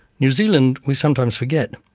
new zealand, we sometimes forget,